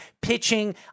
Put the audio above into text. Pitching